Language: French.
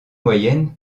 moyenne